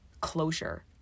closure